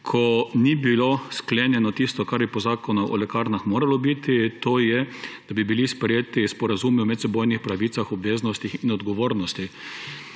ko ni bilo sklenjeno tisto, kar bi po Zakonu o lekarnah moralo biti, to je, da bi bili sprejeti sporazumi o medsebojnih pravicah, obveznostih in odgovornosti.